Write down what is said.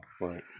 Right